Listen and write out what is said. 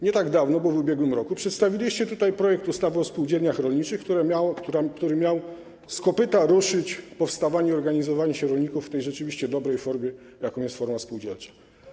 Nie tak dawno, bo w ubiegłym roku, przedstawiliście tutaj projekt ustawy o spółdzielniach rolniczych, który miał z kopyta ruszyć ich powstawanie, organizowanie się rolników w tej rzeczywiście dobrej formie, jaką jest forma spółdzielcza.